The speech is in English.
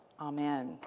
Amen